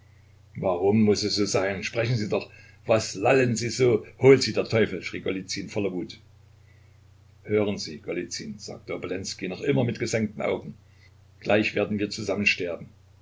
warum muß es so sein sprechen sie doch was lallen sie so hol sie der teufel schrie golizyn voller wut hören sie golizyn sagte obolenskij noch immer mit gesenkten augen gleich werden wir zusammen sterben